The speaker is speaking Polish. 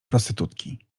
prostytutki